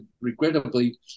regrettably